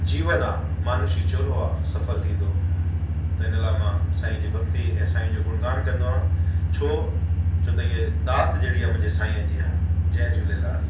जीवन आहे मानुषी चोलो आहे सफ़ल थींदो त इन लाइ मां साईं जी भक्ती ऐं साईं जो गुणगान कंदो आहियां छो छो त हीअ दातु जहिड़ी मुंहिंजे साईं जी आहे जय झूलेलाल